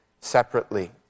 separately